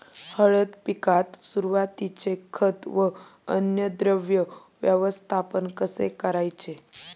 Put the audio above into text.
हळद पिकात सुरुवातीचे खत व अन्नद्रव्य व्यवस्थापन कसे करायचे?